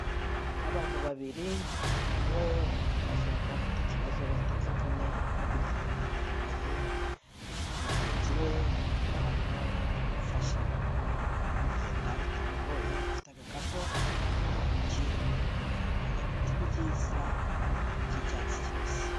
Abantu babiri, umwe ashobora kuba afite ikibazo wenda k'imvune arimo kugendera ku kantu imbere ye, mugenzi we aramufasha kugenda bitamugoye afite agakapu mu ntoki; inyuma yabo hari ibiti byiza by'icyatsi kibisi.